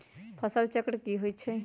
फसल चक्र की होइ छई?